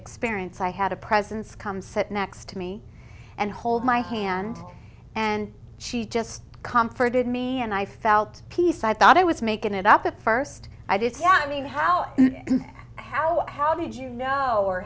experience i had a presence come sit next to me and hold my hand and she just comforted me and i felt peace i thought i was making it up at first i did not mean how how how did you know or